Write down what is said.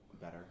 better